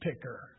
picker